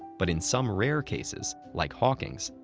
but in some rare cases, like hawking's,